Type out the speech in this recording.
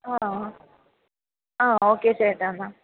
ആ ആ ഓക്കെ ചേട്ടാ എന്നാൽ